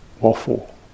waffle